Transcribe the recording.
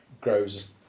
grows